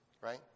right